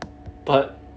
what